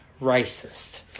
racist